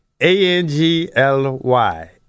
A-N-G-L-Y